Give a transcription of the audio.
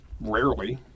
rarely